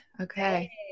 Okay